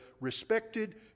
respected